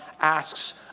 asks